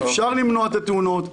אפשר למנוע את התאונות,